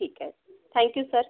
ठीकए thank you sir